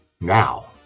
Now